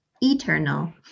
eternal